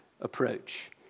approach